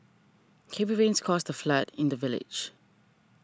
heavy rains caused a flood in the village